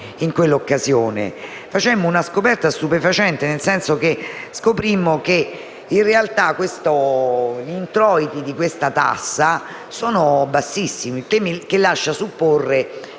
in quell’occasione facemmo anche una scoperta stupefacente, nel senso che ci accorgemmo che in realtà gli introiti di questa tassa sono bassissimi, ciò che lascia supporre